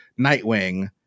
Nightwing